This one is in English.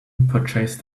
purchased